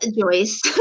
Joyce